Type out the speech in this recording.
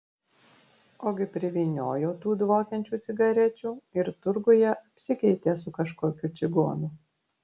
ogi privyniojo tų dvokiančių cigarečių ir turguje apsikeitė su kažkokiu čigonu